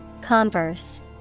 Converse